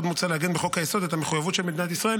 עוד מוצע לעגן בחוק-היסוד את המחויבות של מדינת ישראל